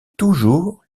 toujours